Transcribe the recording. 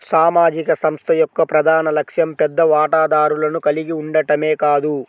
సామాజిక సంస్థ యొక్క ప్రధాన లక్ష్యం పెద్ద వాటాదారులను కలిగి ఉండటమే కాదు